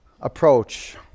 approach